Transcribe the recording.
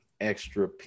extra